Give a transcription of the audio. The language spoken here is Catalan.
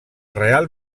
real